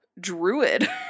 Druid